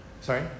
Sorry